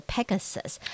Pegasus 。